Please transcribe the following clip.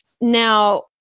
Now